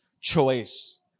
choice